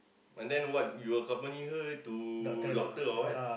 and then what you accompany her to doctor or what